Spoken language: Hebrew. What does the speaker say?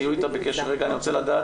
אני רוצה לדעת.